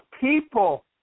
people